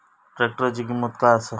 ट्रॅक्टराची किंमत काय आसा?